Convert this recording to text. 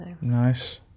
Nice